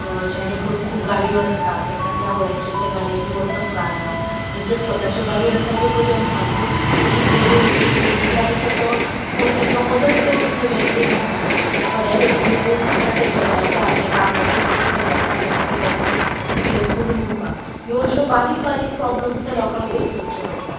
ज्याणे करून खूब गाडयो आसता तांकां त्या वयाचेर त्या गाडयेनी वर्सप कांय ना तेंच्यो स्वताच्यो गाडयो आसा त्यो बऱ्यो आसा पूण तरी थंय वयतगीर तांकां तसो तो कोण तांकां मदत करपी थंय बँकेन आसना थोड्या बँकेनी लोक आसता ते बेजारता जे कामगारी आसता ते बेजारता ते डॉक्युमेंट फील अप करून दिवपाक ह्यो बारीक बारीक प्रॉब्लम्स त्या लोकांक फेस करचे पडटा